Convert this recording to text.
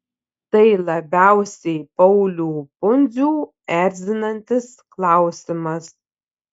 tai labiausiai paulių pundzių erzinantis klausimas